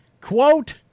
Quote